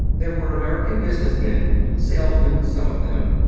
there were american business men salesmen, some of them,